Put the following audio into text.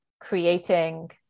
creating